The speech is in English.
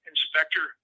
Inspector